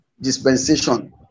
dispensation